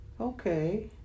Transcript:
Okay